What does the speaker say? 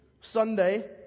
Sunday